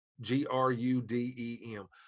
G-R-U-D-E-M